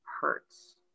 hurts